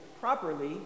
properly